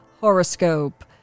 Horoscope